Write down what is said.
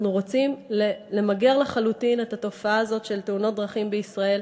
אנחנו רוצים למגר לחלוטין את התופעה הזאת של תאונות דרכים בישראל.